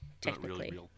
technically